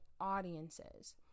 audiences